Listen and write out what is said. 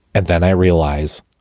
and then i realize,